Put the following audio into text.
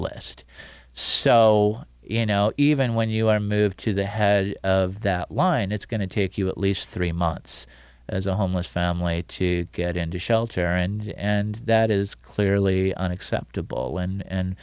list so you know even when you are moved to the had that line it's going to take you at least three months as a homeless family to get into shelter and that is clearly unacceptable and